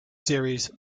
series